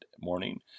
morning